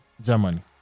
Germany